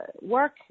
work